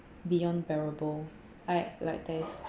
beyond bearable I like there is